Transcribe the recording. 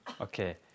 Okay